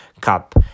Cup